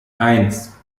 eins